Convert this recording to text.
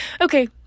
Okay